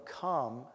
come